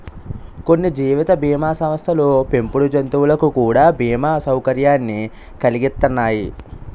కొన్ని జీవిత బీమా సంస్థలు పెంపుడు జంతువులకు కూడా బీమా సౌకర్యాన్ని కలిగిత్తన్నాయి